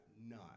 None